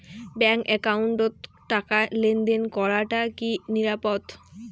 Bank একাউন্টত টাকা লেনদেন করাটা কি নিরাপদ?